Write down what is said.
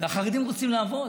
והחרדים רוצים לעבוד.